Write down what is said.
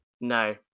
no